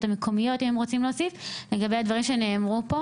המקומיות להשיב ולהתייחס בקצרה לדברים שנאמרו פה